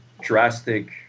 drastic